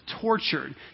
tortured